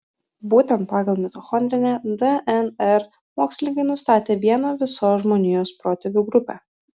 būtent pagal mitochondrinę dnr mokslininkai nustatė vieną visos žmonijos protėvių grupę